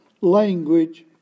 language